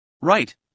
Right